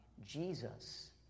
Jesus